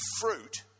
fruit